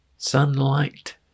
Sunlight